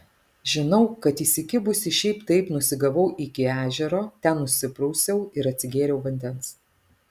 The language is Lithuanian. žinau kad įsikibusi šiaip taip nusigavau iki ežero ten nusiprausiau ir atsigėriau vandens